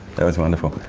that was wonderful.